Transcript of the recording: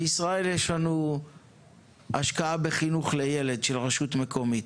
יש לנו בישראל השקעה בחינוך לילד של רשות מקומית.